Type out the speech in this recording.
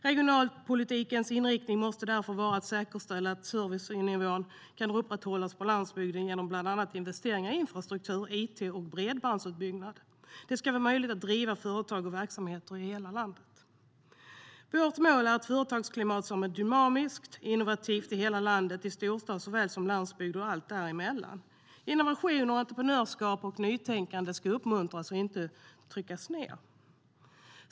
Regionalpolitikens inriktning måste därför vara att säkerställa att servicenivån kan upprätthållas på landsbygden genom bland annat investeringar i infrastruktur, it och bredbandsutbyggnad. Det ska vara möjligt att driva företag och verksamheter i hela landet. Vårt mål är ett företagarklimat som är dynamiskt och innovativt i hela landet, i storstad såväl som på landsbygd och allt däremellan. Innovationer, entreprenörskap och nytänkande ska uppmuntras och inte tryckas ned.